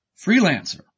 Freelancer